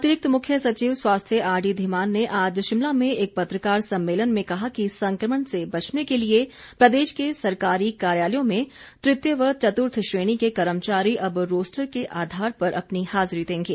अतिरिक्त मुख्य सचिव स्वास्थ्य आर डी धीमान ने आज शिमला में एक पत्रकार सम्मेलन में कहा कि संक्रमण से बचने के लिए प्रदेश के सरकारी कार्यालयों में तृतीय व चतुर्थ श्रेणी के कर्मचारी अब रोस्टर के आधार पर अपनी हाजिरी देंगे